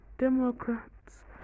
Democrats